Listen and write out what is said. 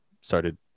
started